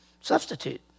Substitute